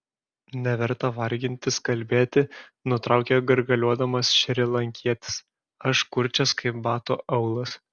neverta vargintis kalbėti nutraukė gargaliuodamas šrilankietis aš kurčias kaip bato aulas